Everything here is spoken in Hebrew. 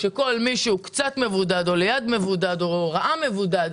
שכל מי שהוא קצת מבודד או ליד מבודד או ראה מבודד,